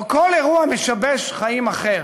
או יקרה כל אירוע משבש חיים אחר?